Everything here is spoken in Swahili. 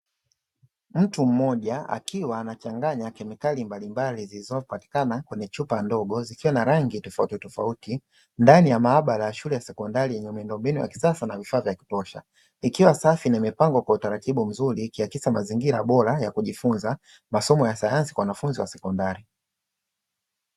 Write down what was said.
Mtu mmoja akiwa anachanganya kemikali mbalimbali zilizopatikana kwenye chupa ndogo zikiwa na rangi tofautitofauti, ndani ya maabara ya shule ya sekondari, yenye miundombinu ya kisasa na vifaa vya kutosha. Ikiwa safi na imepangwa kwa utaratibu mzuri, ikiakisi mazingira bora ya kujifunza masomo ya sayansi kwa wanafunzi wa sekondari.